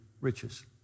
riches